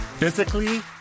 Physically